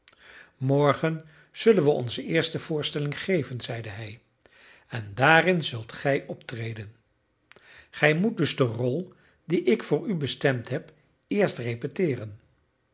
morgen zullen we onze eerste voorstelling geven zeide hij en daarin zult gij optreden gij moet dus de rol die ik voor u bestemd heb eerst repeteeren